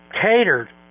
catered